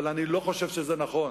אבל אני לא חושב שזה נכון